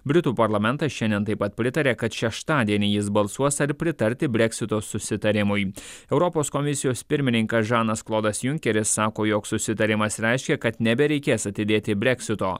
britų parlamentas šiandien taip pat pritarė kad šeštadienį jis balsuos ar pritarti breksito susitarimui europos komisijos pirmininkas žanas klodas junkeris sako jog susitarimas reiškia kad nebereikės atidėti breksito